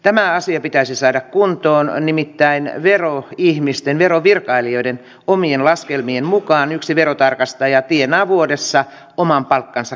tämä asia pitäisi saada kuntoon hän nimittäin viroon ihmisten verovirkailijoiden omien laskelmien mukaan yksi verotarkastaja tienaa vuodessa oman palkkansa